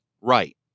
right